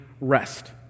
rest